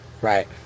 Right